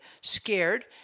scared